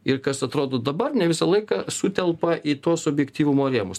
ir kas atrodo dabar ne visą laiką sutelpa į tuos objektyvumo rėmus